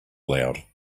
aloud